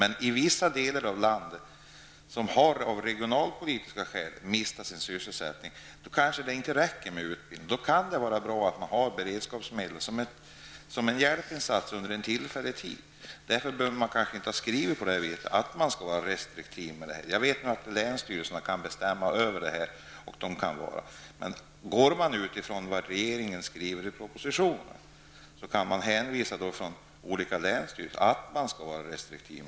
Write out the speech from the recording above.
Men i vissa delar av landet, som av regionalpolitiska skäl har mist sin sysselsättning, kanske det inte räcker med utbildning, och då kan det vara bra att ha beredskapsmedel som en hjälpinsats under en tillfällig tid. Därför borde man kanske inte ha skrivit att man skulle vara restriktiv. Jag vet att länsstyrelserna kan bestämma över det här, men länsstyrelserna kan hänvisa till vad regeringen skriver i propositionen om att man skall vara restriktiv.